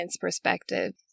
perspective